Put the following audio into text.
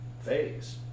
phase